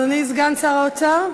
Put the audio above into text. התשע"ד 2014,